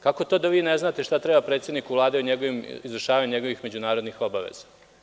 Kako to da vi ne znate šta treba predsedniku Vlade u izvršavanju njegovih međunarodnih obaveza?